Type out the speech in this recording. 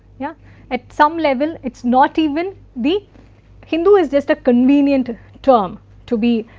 yeah at some level it is not even the hindu is just a convenient term to be